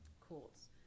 courts